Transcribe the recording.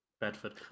Bedford